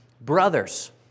Brothers